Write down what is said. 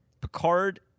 Picard